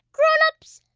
grown-ups,